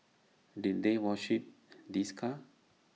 did they worship this car